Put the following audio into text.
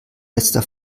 letzter